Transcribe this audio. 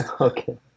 Okay